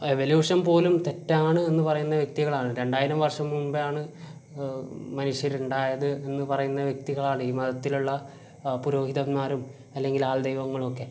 evolution പോലും തെറ്റാണ് എന്ന് പറയുന്ന വ്യക്തികളാണ് രണ്ടായിരം വർഷം മുമ്പാണ് മനുഷ്യരുണ്ടായത് എന്ന് പറയുന്ന വ്യക്തികളാണ് ഈ മതത്തിലുള്ള പുരോഹിതന്മാരും അല്ലങ്കിൽ ആൾദൈവങ്ങളും ഒക്കെ